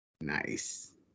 Nice